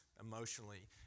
emotionally